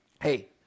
hey